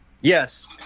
Yes